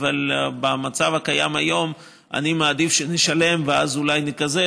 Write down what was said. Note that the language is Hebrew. אבל במצב הקיים היום אני מעדיף שנשלם ואז אולי נקזז